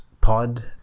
pod